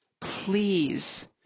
Please